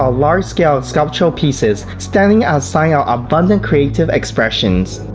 ah large-scale sculptural pieces standing as signs of abundant creative expression